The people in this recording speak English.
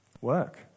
Work